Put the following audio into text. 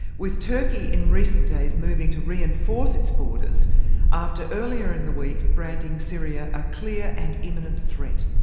with turkey in recent days moving to reinforce its borders after earlier in the week branding syria a clear and imminent threat.